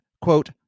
quote